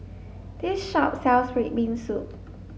this shop sells red bean soup